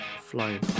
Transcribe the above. flying